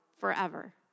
forever